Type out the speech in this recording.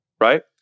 right